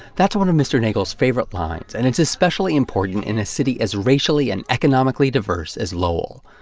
that's one of mr. neagle's favorite lines, and it's especially important in a city as racially and economically diverse as lowell.